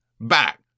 back